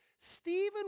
Stephen